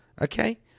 okay